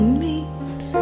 meet